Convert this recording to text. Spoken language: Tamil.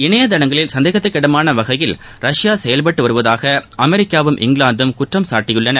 இனைதளங்களில் சந்தேகத்திற்கிடமான வகையில் ரஷ்யா செயல்பட்டு வருவதாக அமெரிக்காவும் இங்கிலாந்தும் குற்றம் சாட்டியுள்ளன